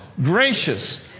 Gracious